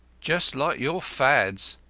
just like your fads.